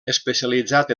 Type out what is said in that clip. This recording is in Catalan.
especialitzat